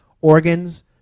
organs